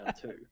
two